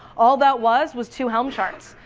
all that was, was two helm charts,